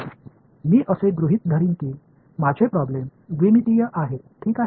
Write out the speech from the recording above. तर मी असे गृहीत धरीन की माझे प्रॉब्लेम द्विमितीय आहे ठीक आहे